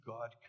God